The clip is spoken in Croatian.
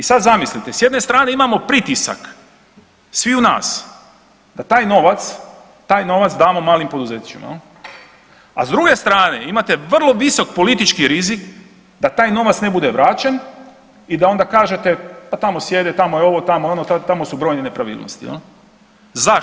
I sad zamislite, s jedne strane imamo pritisak sviju nas da taj novac, taj novac damo malim poduzećima jel, a s druge strane imate vrlo visok politički rizik da taj novac ne bude vraćen i da onda kažete pa tamo sjede, tamo je ovo, tamo je ono, tamo su brojne nepravilnosti, jel.